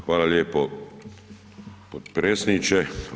Hvala lijepo potpredsjedniče.